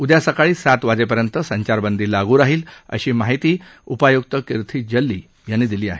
उद्या सकाळी सात वाजेपर्यंत संचारबंदी लागू राहील अशी माहिती उपायुक्त किर्थी जल्ली यांनी दिली आहे